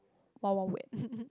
Wild-Wild-Wet